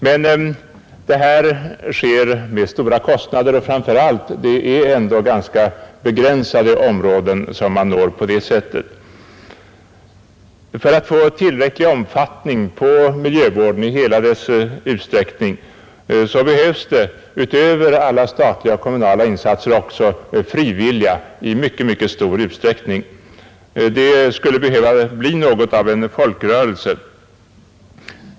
Men detta sker med stora kostnader, och det är framför allt ändå begränsade områden som man når på det sättet. För att få tillräcklig omfattning på miljövården i hela dess utsträckning behöver vi utöver alla statliga och kommunala insatser också frivilliga i mycket mycket stor utsträckning. Det skulle behöva bli något av en folkrörelse.